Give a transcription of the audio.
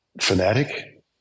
fanatic